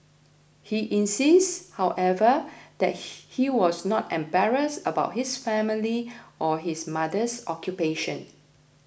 he insists however that he was not embarrassed about his family or his mother's occupation